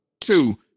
Two